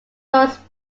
rose